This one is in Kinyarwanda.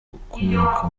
ukomoka